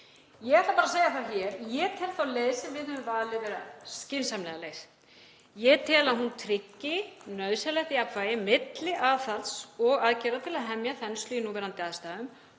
Ég ætla bara að segja það hér að ég tel þá leið sem við höfum valið vera skynsamlega leið. Ég tel að hún tryggi nauðsynlegt jafnvægi milli aðhalds og aðgerða til að hemja þenslu í núverandi aðstæðum